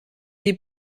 des